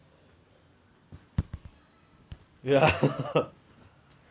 no ya brother okay it's just we know how to work hard we have been working hard for so long